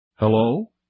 Hello